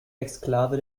exklave